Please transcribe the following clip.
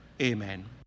Amen